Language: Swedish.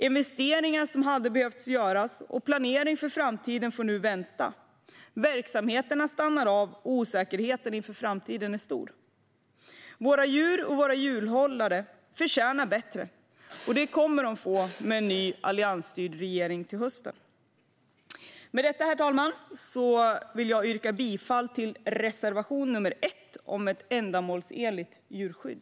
Investeringar som hade behövt göras och planering för framtiden får nu vänta. Verksamheter stannar av, och osäkerheten inför framtiden är stor. Våra djur och våra djurhållare förtjänar bättre, och de kommer att få det bättre med en ny, alliansstyrd regering till hösten. Med detta, herr talman, vill jag yrka bifall till reservation nr 1 om ett ändamålsenligt djurskydd.